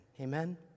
Amen